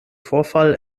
vorfall